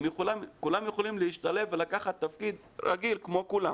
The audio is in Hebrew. כולם יכולים להשתלב ולקחת תפקיד רגיל כמו כולם.